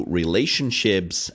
relationships